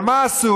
אבל מה עשו?